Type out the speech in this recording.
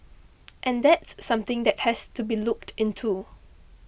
and that's something that has to be looked into